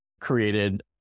created